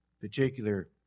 particular